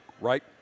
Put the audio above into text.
Right